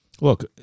Look